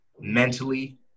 mentally